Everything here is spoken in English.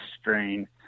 strain